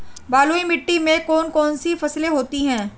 बलुई मिट्टी में कौन कौन सी फसलें होती हैं?